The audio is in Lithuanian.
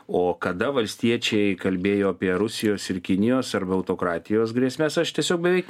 o kada valstiečiai kalbėjo apie rusijos ir kinijos arba autokratijos grėsmes aš tiesiog beveik